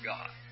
God